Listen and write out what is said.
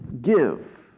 give